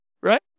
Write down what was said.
Right